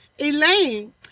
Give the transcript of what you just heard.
Elaine